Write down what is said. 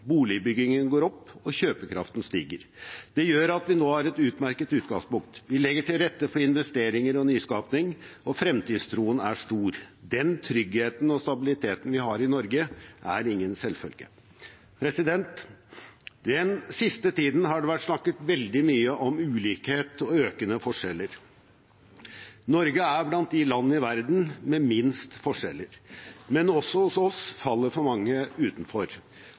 boligbyggingen går opp, og kjøpekraften stiger. Det gjør at vi nå har et utmerket utgangspunkt. Vi legger til rette for investeringer og nyskaping, og fremtidstroen er stor. Den tryggheten og stabiliteten vi har i Norge, er ingen selvfølge. Den siste tiden har det vært snakket veldig mye om ulikhet og økende forskjeller. Norge er blant de land i verden med minst forskjeller. Men også hos oss faller for mange utenfor,